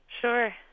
Sure